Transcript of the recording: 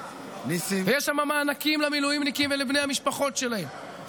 ובני המשפחות שלהם,